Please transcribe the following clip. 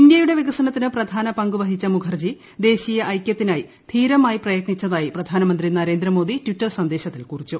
ഇന്ത്യയുടെ വികസനത്തിന് പ്രധാന പങ്കുവഹിച്ച മുഖർജി ദേശീയ ഐകൃത്തിനായി ധീരമായി പ്രയത്നിച്ചതായി പ്രധാനമന്ത്രി നരേന്ദ്രമോദി ട്വിറ്റർ സന്ദേശത്തിൽ കുറിച്ചു